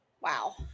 wow